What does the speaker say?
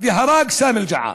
והרג את סאמי אל-ג'עאר.